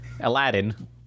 Aladdin